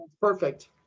Perfect